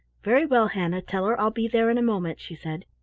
very well, hannah tell her i'll be there in a moment, she said.